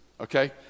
Okay